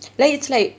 ya it's like